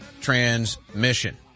transmission